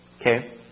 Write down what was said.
okay